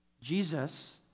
Jesus